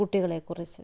കുട്ടികളെ കുറിച്ച്